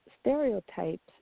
stereotypes